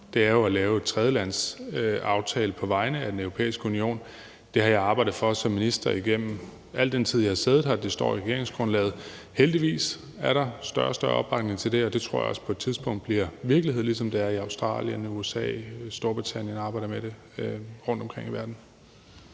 Det er at lave en tredjelandsaftale på vegne af Den Europæiske Union. Det har jeg arbejdet for som minister i al den tid, jeg har siddet her, og det står i regeringsgrundlaget. Heldigvis er der større og større opbakning til det, og det tror jeg også på et tidspunkt bliver til virkelighed, ligesom det er i Australien, USA og Storbritannien, hvor man arbejder med det rundtomkring i verden.